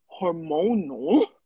hormonal